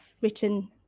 written